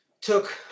took